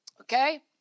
Okay